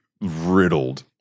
riddled